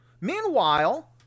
Meanwhile